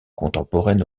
contemporaine